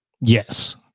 Yes